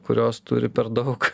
kurios turi per daug